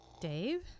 Dave